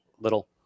Little